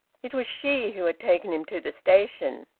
it was she who had taken him to the station,